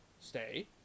stay